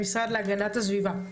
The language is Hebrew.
הסיפור הגדול.